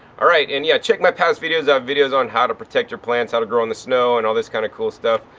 alright! and yeah check my past videos. i have videos on how to protect your plants, how to grow in the snow and all this kind of cool stuff.